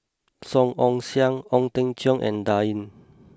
Song Ong Siang Ong Teng Cheong and Dan Ying